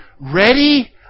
ready